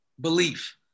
Belief